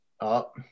up